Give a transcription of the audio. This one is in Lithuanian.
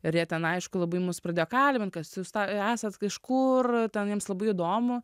ir jie ten aišku labai mus pradėjo kalbint kas jūs esat kažkur ten jiems labai įdomu